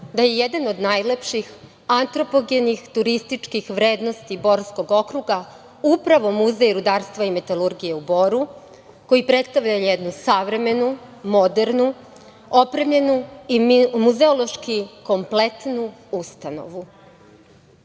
da je jedan od najlepših antropogenih turističkih vrednosti Borskog okruga, upravo Muzej rudarstva metalurgije u Boru, koji predstavlja jednu savremenu i modernu, opremljenu, i muzeološki kompletnu ustanovu. Muzej